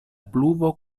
pluvo